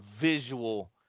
visual